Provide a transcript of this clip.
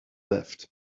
left